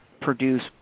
produce